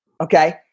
Okay